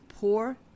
poor